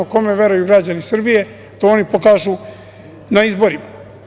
Kome veruju građani Srbije, to oni pokažu na izborima.